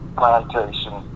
plantation